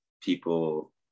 people